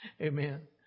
Amen